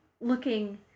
looking